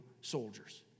soldiers